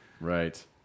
Right